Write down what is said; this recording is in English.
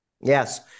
Yes